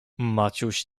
maciuś